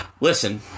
listen